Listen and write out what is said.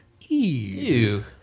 Ew